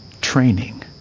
training